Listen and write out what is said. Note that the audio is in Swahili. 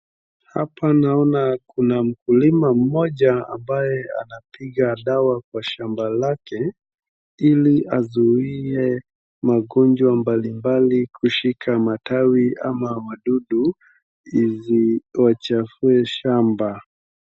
Apa naona kuna mkulima mmoja ambaye anapiga dawa kwa shamba lake ili azuie magonjwa mbalimbali kushika matawi ama wadudu wasichafue shamba.